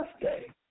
birthday